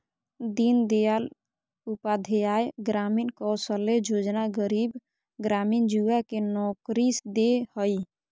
दीन दयाल उपाध्याय ग्रामीण कौशल्य योजना गरीब ग्रामीण युवा के नौकरी दे हइ